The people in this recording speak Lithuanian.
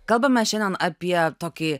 kalbamešiandien apie tokį